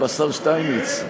בשר שטייניץ.